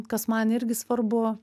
kas man irgi svarbu